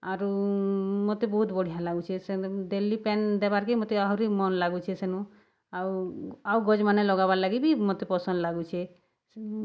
ଆରୁ ମତେ ବହୁତ୍ ବଢ଼ିଆ ଲାଗୁଛେ ସେ ଡେଲି ପାଏନ୍ ଦେବାର୍କେ ମତେ ଆହୁରି ମନ୍ ଲାଗୁଛେ ସେନୁ ଆଉ ଆଉ ଗଛ୍ମାନେ ଲଗାବାର୍ ଲାଗି ବି ମତେ ପସନ୍ଦ୍ ଲାଗୁଛେ